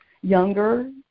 younger